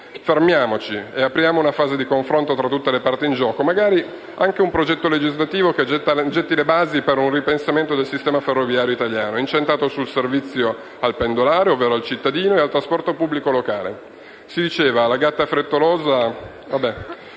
Fermiamoci e apriamo una fase di confronto tra tutte le parti in gioco, magari anche un progetto legislativo che getti le basi per il ripensamento del sistema di trasporto ferroviario italiano incentrato sul servizio al pendolare, ovvero al cittadino, e sul trasporto pubblico locale. Conosciamo il proverbio sulla gatta frettolosa;